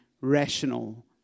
rational